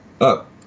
up